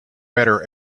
better